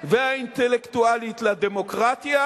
והאינטלקטואלית לדמוקרטיה,